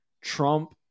Trump